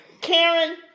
Karen